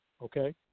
okay